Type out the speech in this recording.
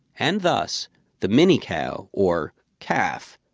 and thus the mini cow, or calf,